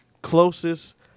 closest